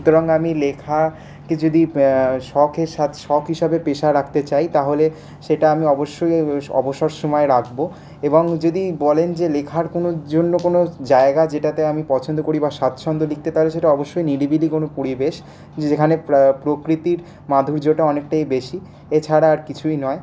সুতরাং আমি লেখাকে যদি শখের সাথে শখ হিসেবে পেশা রাখতে চাই তাহলে সেটা আমি অবশ্যই অবসর সময়ে রাখবো এবং যদি বলেন যে লেখার কোনো জন্য কোনো জায়গা যেটাতে আমি পছন্দ করি বা স্বাছন্দ্য লিখতে তাহলে সেটা অবশ্যই নিরিবিলি কোনো পরিবেশ যেখানে প্রকৃতির মাধুর্যটা অনেকটাই বেশি এছাড়া আর কিছুই নয়